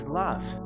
love